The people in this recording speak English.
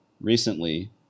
recently